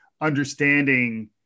understanding